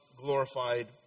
glorified